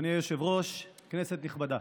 אדוני היושב-ראש, כנסת נכבדה,